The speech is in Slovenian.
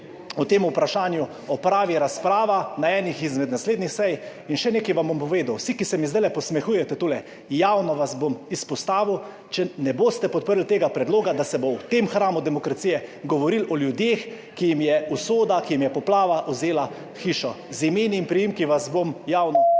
o tem vprašanju opravi razprava na eni izmed naslednjih sej. In še nekaj vam bom povedal. Vsi, ki se mi zdaj posmehujete tule, javno vas bom izpostavil, če ne boste podprli tega predloga, da se bo v tem hramu demokracije govorilo o ljudeh, ki jim je usoda, ki jim je poplava vzela hišo. Z imeni in priimki vas bom javno